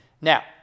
Now